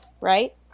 right